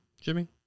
jimmy